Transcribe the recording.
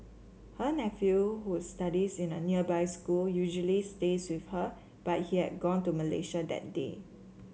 her nephew who studies in a nearby school usually stays with her but he had gone to Malaysia that day